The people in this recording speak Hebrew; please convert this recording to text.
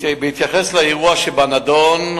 בהתייחס לאירוע שבנדון,